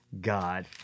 God